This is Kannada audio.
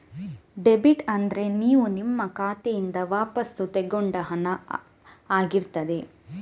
ಡೆಬಿಟ್ ಅಂದ್ರೆ ನೀವು ನಿಮ್ಮ ಖಾತೆಯಿಂದ ವಾಪಸ್ಸು ತಗೊಂಡ ಹಣ ಆಗಿರ್ತದೆ